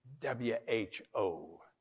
w-h-o